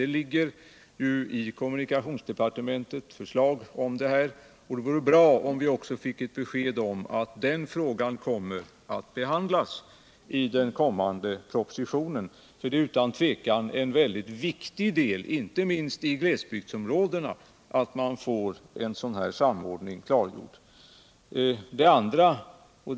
Det ligger ett förslag i kommunikationsdepartementet om detta, och det vore bra om vi kunde få ett besked här om att den frågan kommer att behandlas i den kommande propositionen, eftersom det otvivelaktigt är en mycket viktig sak, inte minst i glesbygdsområdena, att man får ett klargörande av om det blir en sådan samordning.